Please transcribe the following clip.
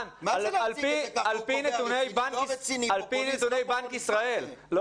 למה